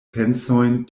pensojn